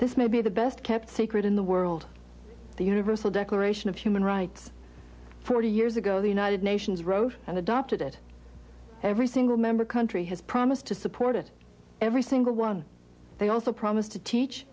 this may be the best kept secret in the world the universal declaration of human rights forty years ago the united nations wrote and adopted it every single member country has promised to support it every single one they also promised to teach